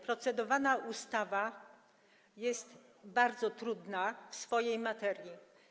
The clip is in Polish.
Procedowana ustawa jest bardzo trudna w swojej materii.